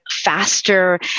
faster